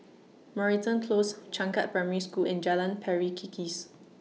Moreton Close Changkat Primary School and Jalan Pari Kikis